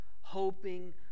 hoping